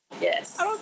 Yes